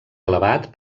elevat